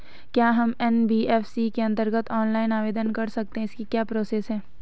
क्या हम एन.बी.एफ.सी के अन्तर्गत ऑनलाइन आवेदन कर सकते हैं इसकी क्या प्रोसेस है?